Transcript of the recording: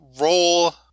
roll